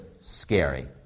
scary